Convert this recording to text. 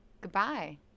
goodbye